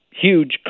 huge